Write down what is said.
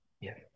Yes